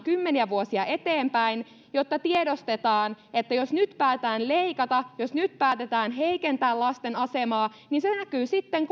kymmeniä vuosia eteenpäin jotta tiedostetaan että jos nyt päätetään leikata jos nyt päätetään heikentää lasten asemaa niin se näkyy sitten